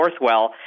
Northwell